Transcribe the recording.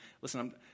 Listen